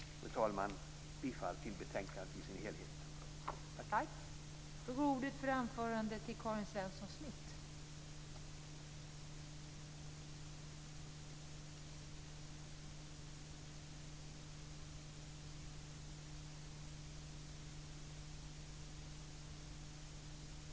Fru talman! Jag yrkar bifall till utskottets hemställan i dess helhet.